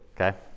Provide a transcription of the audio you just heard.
Okay